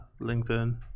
LinkedIn